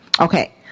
Okay